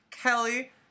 Kelly